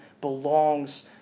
belongs